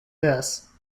this